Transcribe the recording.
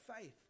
faith